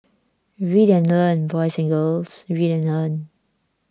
read and learn boys and girls read and learn